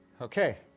okay